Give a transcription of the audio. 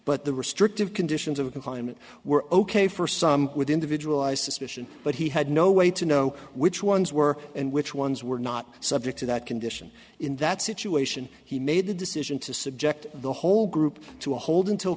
but the restrictive conditions of confinement were ok for some with individual i suspicion but he had no way to know which ones were and which ones were not subject to that condition in that situation he made the decision to subject the whole group to hold until